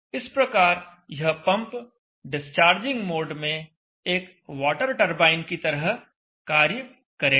इस प्रकार यह पंप डिस्चार्जिंग मोड में एक वाटर टरबाइन की तरह कार्य करेगा